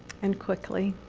and quickly.